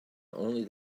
only